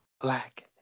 black